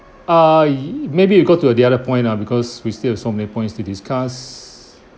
err maybe you go to uh the other point lah because we still have so many points to discuss